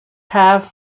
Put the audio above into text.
half